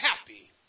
happy